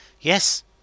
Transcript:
Yes